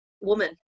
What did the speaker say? woman